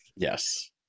Yes